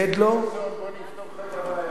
חבר הכנסת חסון, בוא אני אפתור לך את הבעיה.